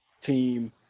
team